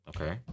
Okay